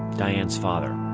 diane's father